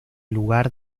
lugar